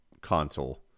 console